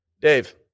Dave